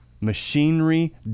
machinery